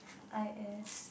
I_S